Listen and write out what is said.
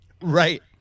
Right